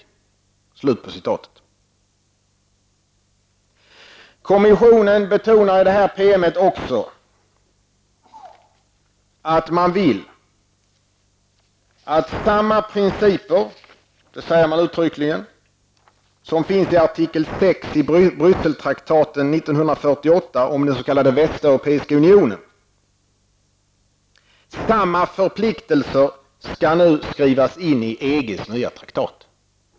Kommissionen betonar också uttryckligen i denna PM att man vill att samma förpliktelser som finns i artikel 6 i Brysseltraktatet 1948 om den s.k. västeuropeiska unionen nu skall skrivas in i EGs nya traktat.